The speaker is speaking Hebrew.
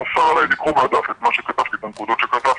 ואסר עלי לקרוא מהדף את הנקודות שכתבתי.